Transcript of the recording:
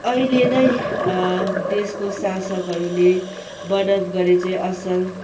अहिले नै देशको शासकहरूले मद्दत गरे चाहिँ असल